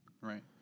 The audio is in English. Right